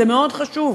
זה מאוד חשוב,